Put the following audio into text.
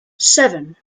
seven